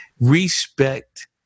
Respect